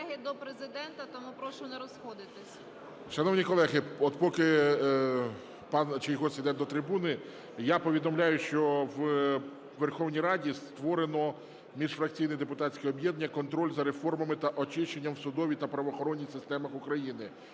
Шановні колеги, от поки пан Чийгоз йде до трибуни я повідомляю, що у Верховні Раді створено міжфракційне депутатське об'єднання "Контроль за реформами та очищенням в судовій та правоохоронній системах України".